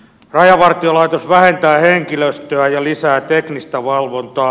rajavartiolaitos vähentää henkilöstöä ja lisää teknistä valvontaa